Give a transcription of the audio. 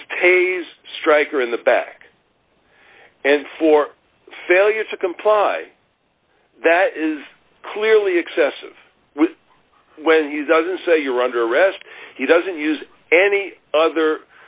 was tase streicher in the back and for failure to comply that is clearly excessive with when he doesn't say you're under arrest he doesn't use any other